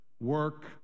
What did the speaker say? work